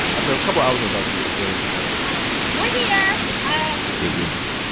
after a couple of hours on the bus, we're in jamestown we're here it was,